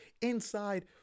Inside